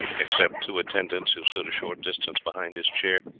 except two attendants, who stood a short distance behind his chair,